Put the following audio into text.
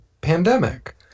pandemic